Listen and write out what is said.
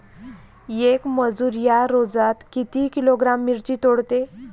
येक मजूर या रोजात किती किलोग्रॅम मिरची तोडते?